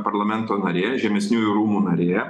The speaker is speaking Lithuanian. parlamento narė žemesniųjų rūmų narė